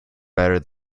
better